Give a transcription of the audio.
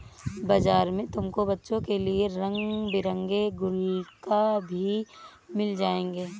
बाजार में तुमको बच्चों के लिए रंग बिरंगे गुल्लक भी मिल जाएंगे